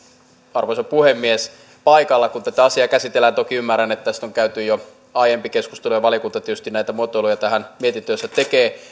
arvoisa puhemies paikalla kun tätä asiaa käsitellään toki ymmärrän että tästä on käyty jo aiempi keskustelu ja valiokunta tietysti näitä muotoiluja tähän mietintöönsä tekee